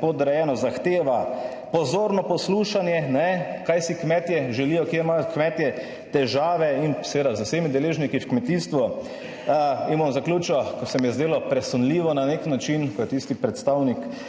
podrejeno zahteva pozorno poslušanje, kaj si kmetje želijo, kje imajo kmetje težave in seveda z vsemi deležniki v kmetijstvu in bom zaključil, ker se mi je zdelo presunljivo na nek način, ko je tisti predstavnik